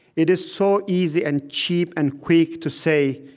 it is so easy and cheap and quick to say,